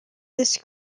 this